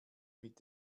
mit